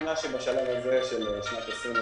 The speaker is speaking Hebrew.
משוכנע שבשלב הזה של שנת 2020